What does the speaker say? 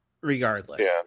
regardless